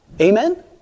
Amen